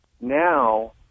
now